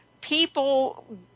people